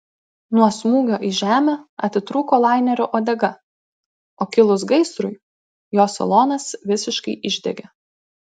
nuo smūgio į žemę atitrūko lainerio uodega o kilus gaisrui jo salonas visiškai išdegė